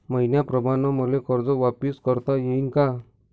मईन्याप्रमाणं मले कर्ज वापिस करता येईन का?